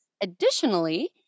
Additionally